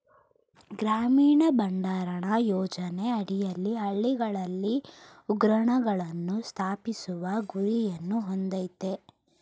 ಗ್ರಾಮೀಣ ಭಂಡಾರಣ ಯೋಜನೆ ಅಡಿಯಲ್ಲಿ ಹಳ್ಳಿಗಳಲ್ಲಿ ಉಗ್ರಾಣಗಳನ್ನು ಸ್ಥಾಪಿಸುವ ಗುರಿಯನ್ನು ಹೊಂದಯ್ತೆ